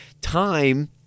time